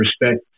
respect